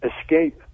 escape